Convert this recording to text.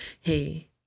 hey